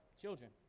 children